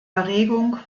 erregung